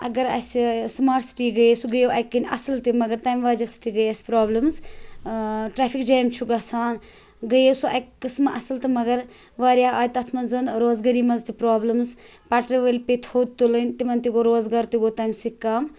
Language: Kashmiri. اَگر اَسہِ سٕماٹ سِٹی گٔیے سُہ گٔیو اَکہِ کِنۍ اَصٕل تہِ مگر تَمہِ وَجہ سۭتۍ تہِ گٔے اَسہِ پرٛابلِمٕز ٹرٛیفِک جیم چھُ گژھان گٔیو سُہ اَکہِ قٕسمہٕ اَصٕل تہٕ مگر واریاہ آیہِ تَتھ منٛز روزگٲری منٛز تہِ پرٛابلِمٕز پَٹرِ وٲلۍ پیٚیہِ تھوٚد تُلٕنۍ تِمَن تہِ گوٚو روزگار تہِ گوٚو تَمہِ سۭتۍ کَم